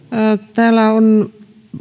täällä on